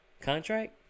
contract